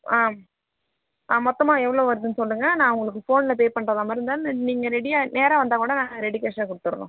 ஆ ஆ மொத்தமாக எவ்வளோ வருதுன்னு சொல்லுங்க நான் உங்களுக்கு ஃபோனில் பே பண்றதாக இருந்தாலும் இருந்தாலும் ந நீங்க ரெடியாக நேராக வந்தால் கூட நாங்கள் ரெடி கேஷ்ஷாக கொடுத்துறோம்